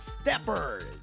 Steppers